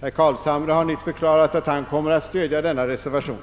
Herr Carlshamre har nyss förklarat, att han kommer att stödja denna reservation.